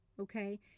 Okay